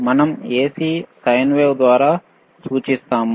మనం AC sine wave ద్వారా సూచిస్తున్నాము